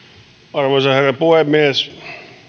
arvoisa herra puhemies